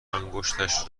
انگشتش